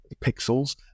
Pixels